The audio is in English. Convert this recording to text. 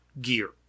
gear